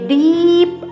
deep